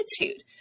attitude